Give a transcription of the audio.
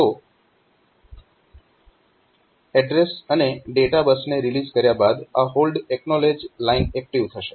તો એડ્રેસ અને ડેટા બસને રિલીઝ કર્યા બાદ આ હોલ્ડ એક્નોલેજ લાઇન એક્ટીવ થશે